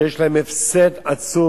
שיש להם הפסד עצום.